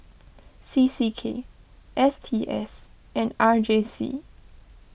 C C K S T S and R J C